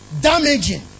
damaging